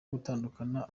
gutandukanya